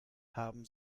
haben